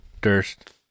Durst